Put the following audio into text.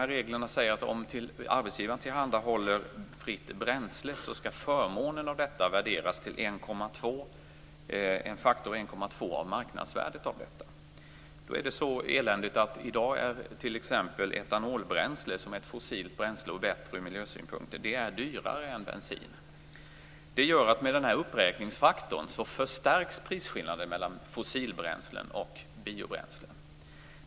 Reglerna säger att om arbetsgivaren tillhandahåller fritt bränsle skall förmånen av detta värderas till en faktor 1,2 av marknadsvärdet. I dag är det så eländigt att t.ex. etanolbränsle, som är ett biobränsle och bättre ur miljösynpunkt, är dyrare än bensin. Med den här uppräkningsfaktorn förstärks prisskillnaden mellan fossilbränslen och biobränslen.